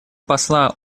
посла